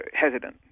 hesitant